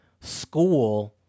school